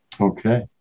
okay